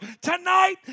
Tonight